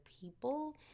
people